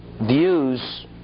views